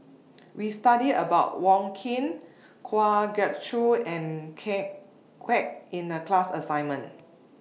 We studied about Wong Keen Kwa Geok Choo and Ken Kwek in The class assignment